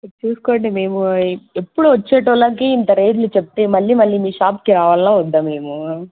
చూసుకోండి మేము ఎప్పుడు వచ్చే వాళ్ళకి ఇంత రేట్లు చెప్తే మళ్ళీ మళ్ళీ మీ షాప్కి రావాలా వద్దా మేము